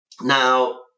now